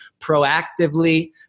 proactively